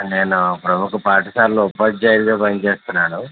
నేను ప్రముఖ పాఠశాలలో ఉపాధ్యాయుడుగా పని చేస్తున్నాను